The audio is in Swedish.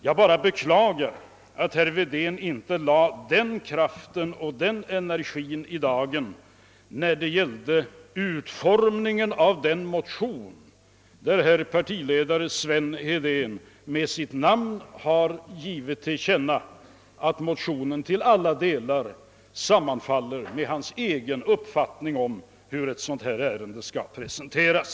Jag beklagar bara att herr Wedén inte lade den kraften och energin i dagen när den motion utformades som herr partiledare Sven Wedén har satt sitt namn under och därmed givit till känna att motionen till alla delar sammanfaller med hans egen uppfattning om hur ett sådant här ärende skall presenteras.